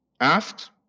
asked